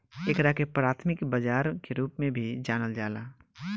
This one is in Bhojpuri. एकरा के प्राथमिक बाजार के रूप में भी जानल जाला